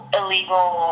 illegal